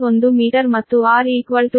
1 metre ಮತ್ತು r 0